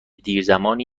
دیرزمانی